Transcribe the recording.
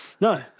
no